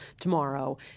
tomorrow